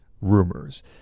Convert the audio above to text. rumors